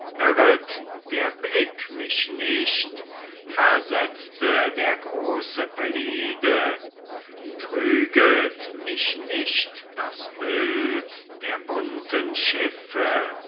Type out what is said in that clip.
der blick mich nicht versetzte der große pelide trüget mich nicht das bild der bunten schiffe